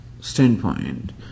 standpoint